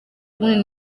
ubundi